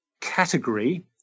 category